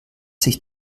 sich